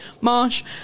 Marsh